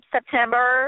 September